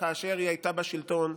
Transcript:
כאשר היא הייתה בשלטון,